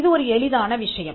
இது ஒரு எளிதான விஷயம்